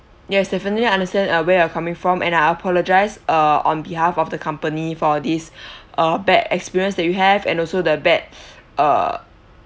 yes definitely understand uh where you're coming from and I apologise uh on behalf of the company for this uh bad experience that you have and also the bad uh